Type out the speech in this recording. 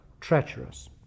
treacherous